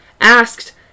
asked